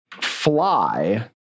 fly